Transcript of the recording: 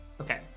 okay